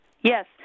Yes